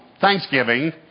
Thanksgiving